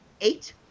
eight